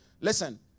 Listen